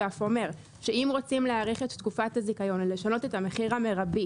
ואף אומר שאם רוצים להאריך את תקופת הזיכיון או לשנות את המחיר המרבי